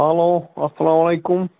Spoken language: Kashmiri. ہَیٚلو اَسلامُ علیکُم